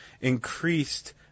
increased